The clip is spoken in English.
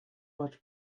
much